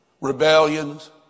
rebellions